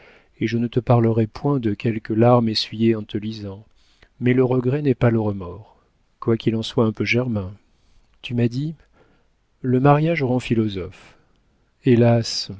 et je ne te parlerai point de quelques larmes essuyées en te lisant mais le regret n'est pas le remords quoiqu'il en soit un peu germain tu m'as dit le mariage rend philosophe hélas